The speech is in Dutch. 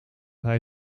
hij